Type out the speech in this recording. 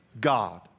God